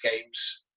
games